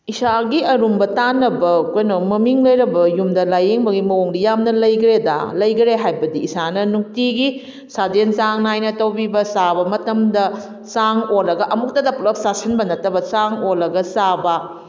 ꯏꯁꯥꯒꯤ ꯑꯔꯨꯝꯕ ꯇꯥꯅꯕ ꯀꯩꯅꯣ ꯃꯃꯤꯡ ꯂꯩꯔꯕ ꯌꯨꯝꯗ ꯂꯥꯏꯌꯦꯡꯕꯒꯤ ꯃꯑꯣꯡꯗꯤ ꯌꯥꯝꯅ ꯂꯩꯈ꯭ꯔꯦꯗ ꯂꯩꯈ꯭ꯔꯦ ꯍꯥꯏꯕꯗꯤ ꯏꯁꯥꯅ ꯅꯨꯡꯇꯤꯒꯤ ꯁꯥꯖꯦꯜ ꯆꯥꯡ ꯅꯥꯏꯅ ꯇꯧꯕꯤꯕ ꯆꯥꯕ ꯃꯇꯝꯗ ꯆꯥꯡ ꯑꯣꯜꯂꯒ ꯑꯃꯨꯛꯇꯗ ꯄꯨꯜꯂꯞ ꯆꯥꯁꯟꯕ ꯅꯠꯇꯕ ꯆꯥꯡ ꯑꯣꯜꯂꯒ ꯆꯥꯕ